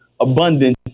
abundance